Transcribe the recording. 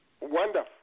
Wonderful